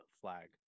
flag